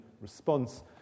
response